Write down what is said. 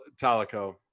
Talico